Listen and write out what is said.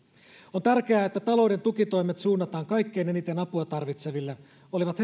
on tärkeää että talouden tukitoimet suunnataan kaikkein eniten apua tarvitseville olivat